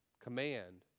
command